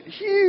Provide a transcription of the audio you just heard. huge